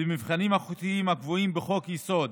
במבחנים החוקתיים הקבועים בחוק-יסוד: